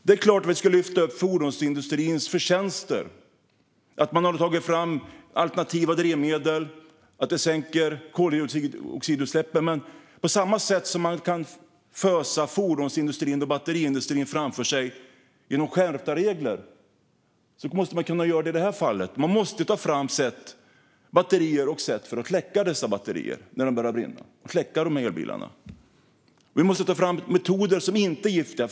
Det är klart att vi ska lyfta upp fordonsindustrins förtjänster och att man har tagit fram alternativa drivmedel som minskar koldioxidutsläppen, men på samma sätt som man kan fösa fordonsindustrin och batteriindustrin framför sig genom skärpta regler måste man kunna göra det i detta fall. Man måste ta fram metoder för att släcka dessa batterier när de börjar brinna och släcka elbilarna. Vi måste ta fram metoder som inte är giftiga.